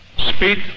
speak